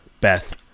Beth